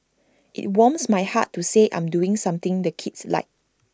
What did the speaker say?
IT warms my heart to say I'm doing something the kids like